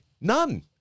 None